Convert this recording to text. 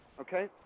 Okay